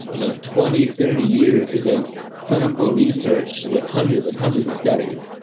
you know, twenty thirty years of clinical research with hundreds and hundreds of studies.